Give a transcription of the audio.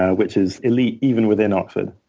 ah which is elite, even within oxford.